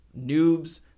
noobs